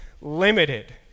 limited